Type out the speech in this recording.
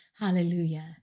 Hallelujah